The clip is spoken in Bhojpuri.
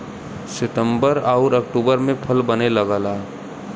सितंबर आउर अक्टूबर में फल बने लगला